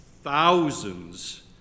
thousands